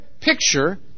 picture